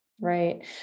Right